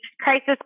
crisis